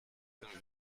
dem